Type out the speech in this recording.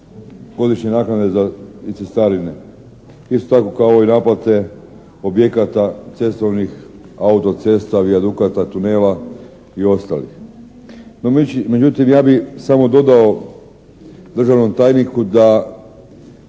godišnje naknade za i cestarine. Isto tako kao i naplate objekata cestovnih, autocesta, vijadukata, tunela i ostalih, no međutim ja bih samo dodao državnom tajniku da